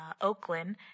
Oakland